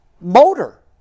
motor